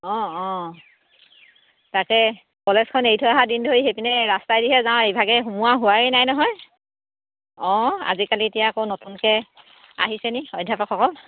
অঁ অঁ তাকে কলেজখন এৰি থৈ অহা দিন ধৰি সেই পিনে ৰাস্তাইদিহে যাওঁ ইভাগেই সোমোৱা হোৱাই নাই নহয় অঁ আজিকালি এতিয়া আকৌ নতুনকৈ আহিছে নি অধ্যাপকসকল